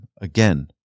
again